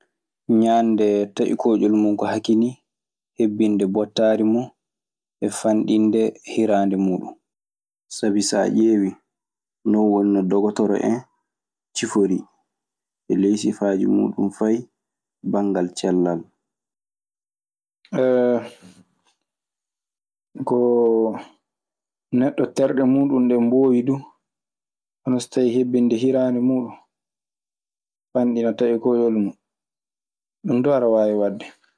Ñaande taƴu kooƴol mun ko hakinii, hebbinde bottaari mun e fanɗinde hiraande muuɗun. Sabi so a ƴeewii non woni no dokotoro en ciforii e ley sifaaji muuɗun fay banngal cellal. Koo neɗɗo terɗe muuɗun ɗee mboowi du hono so tawii hebbinde hiraande muuɗun fanɗina taƴi kooƴol mun. Ɗun duu aɗa waawi wadde.